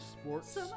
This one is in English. Sports